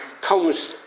comes